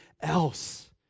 else